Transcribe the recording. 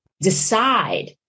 Decide